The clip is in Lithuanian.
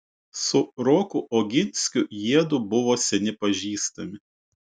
su roku oginskiu jiedu buvo seni pažįstami